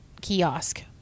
kiosk